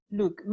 look